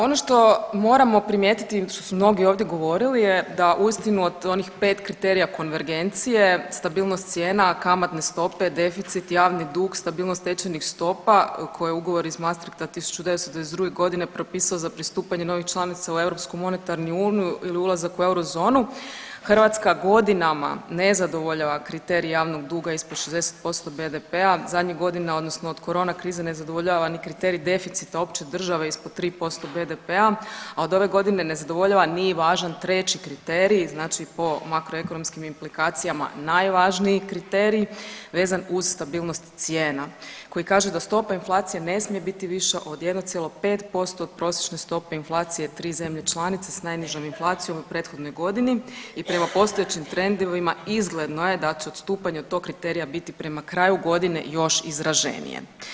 Ono što moramo primijetiti i što su mnogi ovdje govorili je da uistinu od onih 5 kriterija konvergencije stabilnost cijena, kamatne stope, deficit, javni dug, stabilnost tečajnih stopa koje Ugovor iz Maastrichta 1992. godine propisao za pristupanje novih članica u Europsku monetarnu uniju ili ulazak u eurozonu Hrvatska godinama zadovoljava kriterij javnog duga ispod 60% BDP-a zadnjih godina odnosno od corona krize ne zadovoljava ni kriterij deficita opće države ispod 3% BDP-a, a od ove godine ne zadovoljava nije važan treći kriterij znači po makro ekonomskim implikacijama najvažniji kriterij vezan uz stabilnosti cijena koji kaže da stopa inflacije ne smije biti viša od 1,5% od prosječne stope članice sa najnižom inflacijom u prethodnoj godini i prema postojećim trendovima izgledno je da će od stupanja tog kriterija biti prema kraju godine još izraženije.